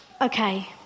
Okay